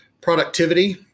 productivity